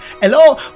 Hello